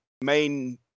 main